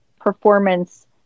performance